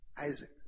Isaac